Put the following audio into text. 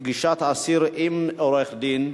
הוראת שעה),